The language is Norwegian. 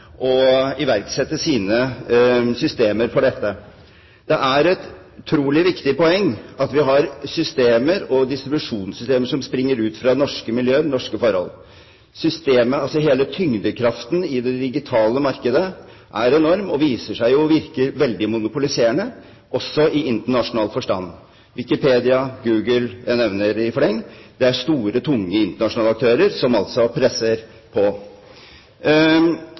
å iverksette sine systemer for dette. Det er et utrolig viktig poeng at vi har systemer og distribusjonssystemer som springer ut fra norske miljøer, norske forhold. Hele tyngdekraften i det digitale markedet er enorm og viser seg å virke veldig monopoliserende, også i internasjonal forstand: Wikipedia, Google – jeg nevner i fleng store, tunge internasjonale aktører, som altså presser på.